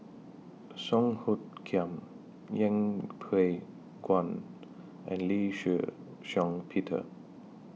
Song Hoot Kiam Yeng Pway Ngon and Lee Shih Shiong Peter